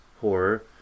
horror